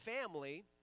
family